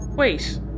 Wait